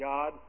God